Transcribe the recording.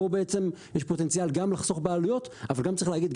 פה בעצם יש פוטנציאל גם לחסוך בעלויות אבל גם צריך להגיד,